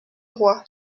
roi